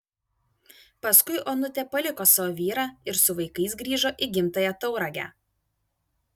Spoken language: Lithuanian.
paskui onutė paliko savo vyrą ir su vaikais grįžo į gimtąją tauragę